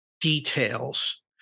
details